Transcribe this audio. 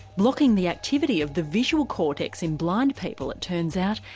blocking the activity of the visual cortex in blind people, it turns out,